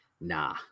nah